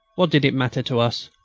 what did it matter to us?